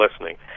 listening